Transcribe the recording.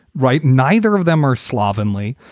right? neither of them are slovenly.